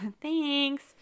Thanks